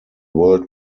world